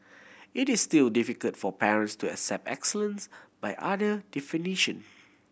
it is still difficult for parents to accept excellence by other definition